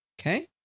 Okay